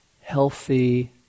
healthy